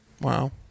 Wow